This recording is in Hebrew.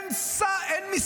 לא סותם את הפה לרגע.